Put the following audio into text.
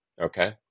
okay